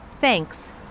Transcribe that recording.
Thanks